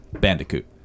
Bandicoot